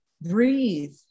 breathe